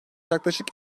yaklaşık